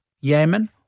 Yemen